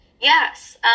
Yes